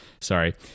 sorry